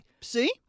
See